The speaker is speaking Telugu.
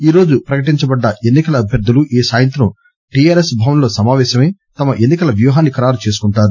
ఈరోజు ప్రకటించబడ్డ ఎన్ని కల అభ్యర్దులు ఈ సాయంత్రం టీఆర్ఎస్ భవన్ లో సమాపేశమై తమ ఎన్ని కల వ్యూహాన్ని ఖరారు చేసుకుంటారు